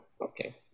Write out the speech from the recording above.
Okay